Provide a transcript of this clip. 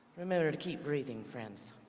remember to keep breathing, friends.